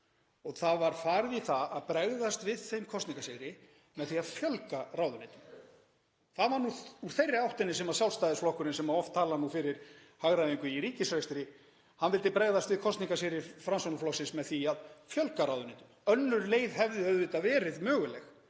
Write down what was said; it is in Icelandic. og þá var farið í það að bregðast við þeim kosningasigri með því að fjölga ráðuneytum. Það var nú úr þeirri áttinni sem Sjálfstæðisflokkurinn, sem oft talar fyrir hagræðingu í ríkisrekstri, vildi bregðast við kosningasigri Framsóknarflokksins, með því að fjölga ráðuneytum. Önnur leið hefði auðvitað verið möguleg.